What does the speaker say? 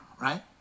right